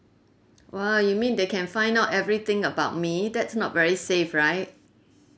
!wah! you mean they can find out everything about me that's not very safe right